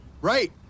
Right